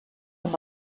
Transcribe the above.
amb